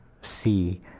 see